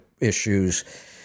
issues